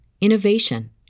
innovation